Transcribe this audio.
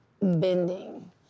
bending